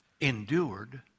endured